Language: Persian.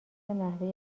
نحوه